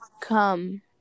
Come